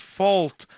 fault